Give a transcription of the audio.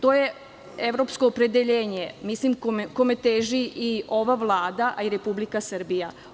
To je evropsko opredeljenje, kome teži i ova Vlada, a i Republika Srbija.